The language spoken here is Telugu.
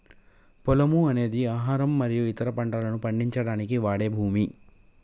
పొలము అనేది ఆహారం మరియు ఇతర పంటలను పండించడానికి వాడే భూమి